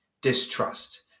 distrust